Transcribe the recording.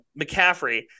McCaffrey